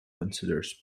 considers